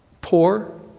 poor